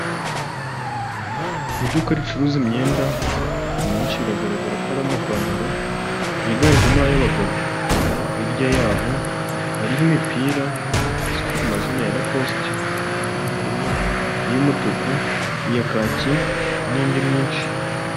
Iduka ricuruza imyenda imyinshi biragaragara ko ari amapantaro yiganjemo ay'abagabo, hirya y'aho hariho imipira izwi ku mazina ya lakosite iy'ubururu, iy'umutuku, iya kaki n'indi myinshi.